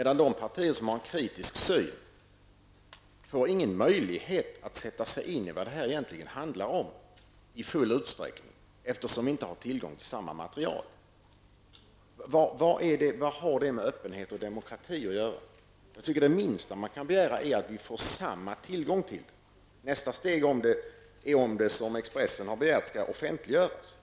De partier som har en kritisk inställning till frågan får däremot inte någon möjlighet att i full utsträckning sätta sig in i vad detta egentligen handlar om, eftersom dessa partier inte har tillgång till samma material. Vad har detta med öppenhet och demokrati att göra? Jag tycker att det minsta man kan begära är att vi får samma tillgång till materialet. Nästa fråga blir om det, som Expressen har begärt, skall offentliggöras.